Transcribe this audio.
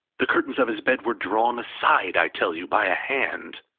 the curtains of his bed were drawn aside, i tell you, by a hand.